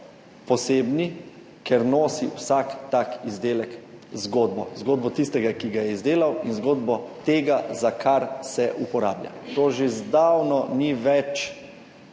posebni, ker nosi vsak tak izdelek zgodbo, zgodbo tistega, ki ga je izdelal, in zgodbo tega, za kar se uporablja. To že zdavnaj ni več